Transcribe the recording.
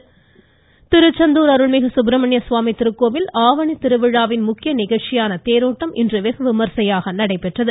கோவில் வாய்ஸ் திருச்செந்தூர் அருள்மிகு சுப்பிரமணிய சுவாமி திருக்கோவில் ஆவணித் கிருவிழாவின் முக்கிய நிகழ்ச்சியான தேரோட்டம் இன்று வெகுவிமரிசையாக நடைபெற்றது